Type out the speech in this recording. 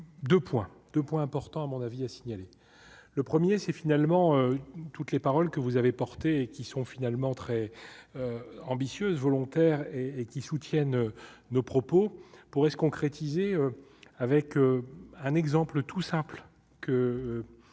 quelques 2,2 points importants à mon avis, à signaler, le 1er c'est finalement toutes les paroles que vous avez porté et qui sont finalement très ambitieuse, volontaire et et qui soutiennent nos propos pourraient se concrétiser avec un exemple tout simple que